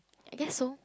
guess so